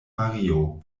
mario